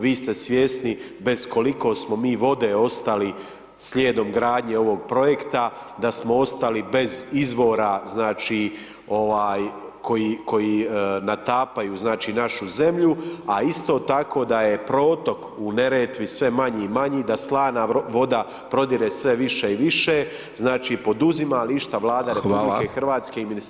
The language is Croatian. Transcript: Vi ste svjesni bez koliko smo mi vode ostali slijedom gradnje ovog projekta, da smo ostali bez izvora, znači, koji natapaju, znači, našu zemlju, a isto tako da je protok u Neretvi sve manji i manji, da slana voda prodire sve više i više, znači, poduzima li išta Vlada RH [[Upadica: Hvala]] i Ministarstvo po ovom pitanju?